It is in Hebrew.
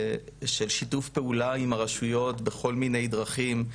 שיתוף פעולה עם הרשויות בכל מיני דרכים,